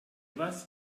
was